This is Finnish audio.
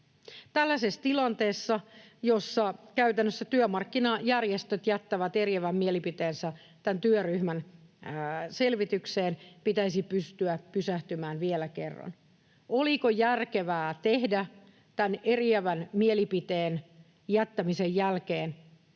Tällaisessa tilanteessa, jossa käytännössä työmarkkinajärjestöt jättävät eriävän mielipiteensä tämän työryhmän selvitykseen, pitäisi pystyä pysähtymään vielä kerran. Oliko järkevää tehdä tämän eriävän mielipiteen jättämisen jälkeen